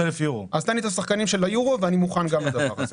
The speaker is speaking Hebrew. אז תן לי את השחקנים של היורו ואני מוכן גם לדבר הזה.